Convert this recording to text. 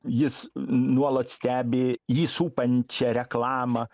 jis nuolat stebi jį supančią reklamą